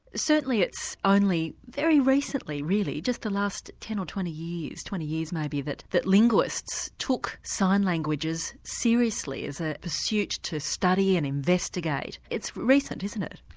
certainly it's only very recently really, just the last ten or twenty years, twenty years maybe, that that linguists took sign languages seriously as a pursuit to study and investigate it's recent isn't it?